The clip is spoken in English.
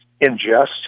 ingest